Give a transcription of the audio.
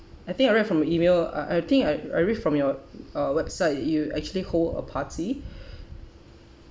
I think I read from email uh I think I I read from your uh website you actually hold a party